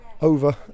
over